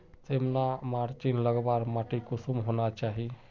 सिमला मिर्चान लगवार माटी कुंसम होना चही?